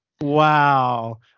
wow